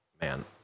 man